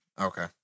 Okay